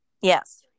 Yes